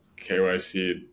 KYC